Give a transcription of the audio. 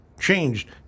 changed